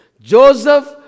Joseph